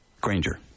Granger